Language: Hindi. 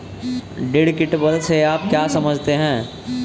डिडक्टिबल से आप क्या समझते हैं?